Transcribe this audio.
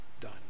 Done